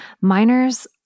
Miners